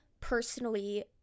personally